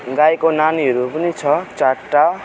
गाईको नानीहरू पनि छ चारवटा